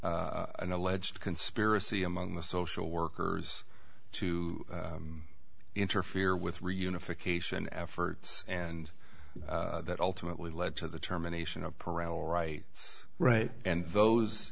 an alleged conspiracy among the social workers to interfere with reunification efforts and that ultimately led to the terminations of parental rights right and those